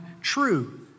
true